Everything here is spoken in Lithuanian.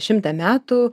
šimtą metų